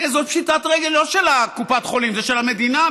זאת פשיטת רגל, לא של קופת החולים, של המדינה.